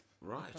Right